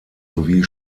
sowie